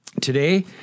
Today